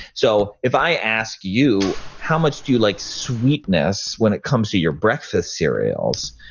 so if i asked you how much do you like sweetness when it comes to your breakfast cereals,